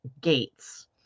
gates